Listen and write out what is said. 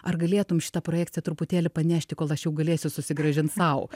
ar galėtum šitą projekciją truputėlį panešti kol aš jau galėsiu susigrąžint sau